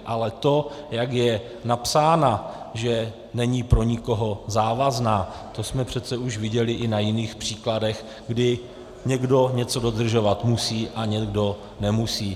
Ale to, jak je napsána, že není pro nikoho závazná, to jsme přece už viděli na jiných příkladech, kdy někdo něco dodržovat musí a někdo nemusí.